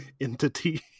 Entity